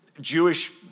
Jewish